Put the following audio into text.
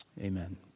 amen